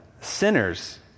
sinners